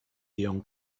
dion